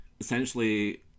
essentially